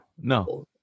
no